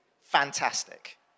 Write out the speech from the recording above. fantastic